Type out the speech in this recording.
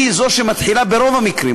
היא זו שמתחילה ברוב המקרים,